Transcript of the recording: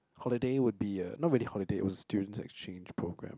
holiday would be uh not really holiday it was a student's exchange program